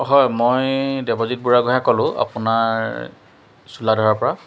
হয় মই দেৱজিত বুঢ়াগোহাঞিয়ে ক'লো আপোনাৰ চোলাধৰাৰ পৰা